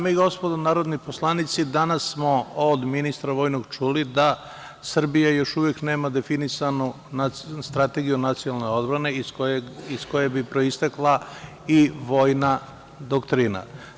Dame i gospodo narodni poslanici, danas smo od ministra vojnog čuli da Srbija još uvek nema definisanu strategiju nacionalne odbrane, iz koje bi proistekla i vojna doktrina.